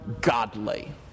godly